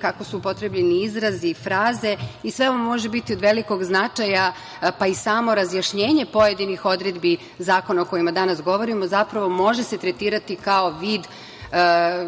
kako su upotrebljeni izrazi i fraze i sve ovo može biti od velikog značaja, pa i samo razjašnjenje pojedinih odredbi zakona o kojima danas govorimo zapravo može se tretirati kao vid